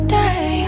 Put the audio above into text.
day